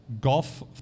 golf